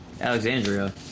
Alexandria